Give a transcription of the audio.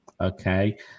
Okay